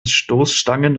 stoßstangen